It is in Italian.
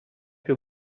più